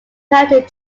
married